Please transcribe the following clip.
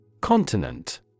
Continent